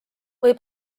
või